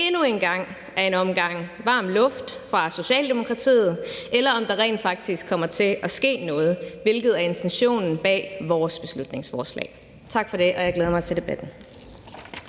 endnu en gang er en omgang varm luft fra Socialdemokratiet, eller om der rent faktisk kommer til at ske noget, hvilket er intentionen bag vores beslutningsforslag. Tak for det, og jeg glæder mig til debatten.